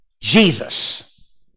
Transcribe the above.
Jesus